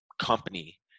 company